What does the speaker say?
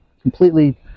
Completely